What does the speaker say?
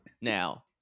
now